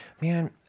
man